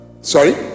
Sorry